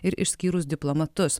ir išskyrus diplomatus